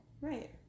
Right